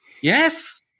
yes